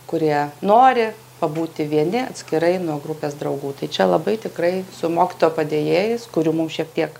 kurie nori pabūti vieni atskirai nuo grupės draugų tai čia labai tikrai su mokytojo padėjėjais kurių mums šiek tiek